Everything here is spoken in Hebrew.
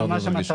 זאת ממש המטרה.